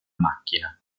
macchina